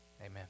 amen